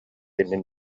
иннин